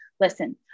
Listen